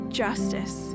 justice